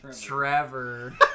Trevor